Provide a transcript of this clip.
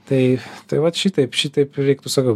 tai tai va šitaip šitaip reiktų sakau